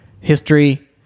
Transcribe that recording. history